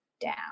down